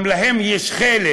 גם להם יש חלק: